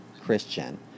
Christian